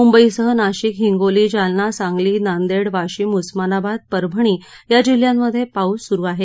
मुंबईसह नाशिक हिंगोली जालना सांगली नांदेड वाशीम उस्मानाबाद परभणी या जिल्हयांमध्ये पाऊस सुरू आहे